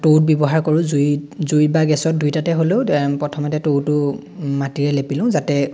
টৌত ব্যৱহাৰ কৰোঁ জুইত জুইত বা গেছত দুইটাতে হ'লেও প্ৰথমতে টৌটো মাটিৰে লেপি লওঁ যাতে